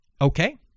Okay